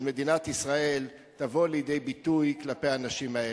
של מדינת ישראל תבוא לידי ביטוי כלפי האנשים האלה.